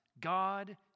God